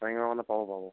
চাৰিমাহমানত পাব পাব